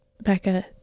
Becca